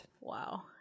Wow